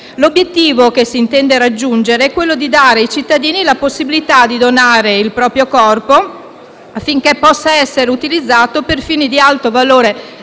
L'obiettivo che si intende raggiungere è quello di dare ai cittadini la possibilità di donare il proprio corpo, affinché possa essere utilizzato per fini di alto valore